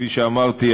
כפי שאמרתי,